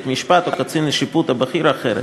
בית-המשפט או קצין השיפוט הבכיר אחרת.